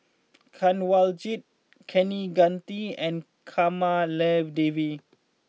Kanwaljit Kaneganti and Kamaladevi